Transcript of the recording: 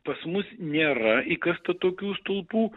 pas mus nėra įkasta tokių stulpų